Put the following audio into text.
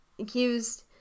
accused